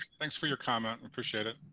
thanks for your comment. appreciate it.